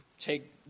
take